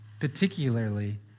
particularly